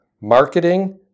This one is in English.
marketing